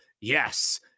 yes